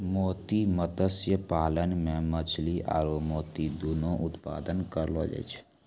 मोती मत्स्य पालन मे मछली आरु मोती दुनु उत्पादन करलो जाय छै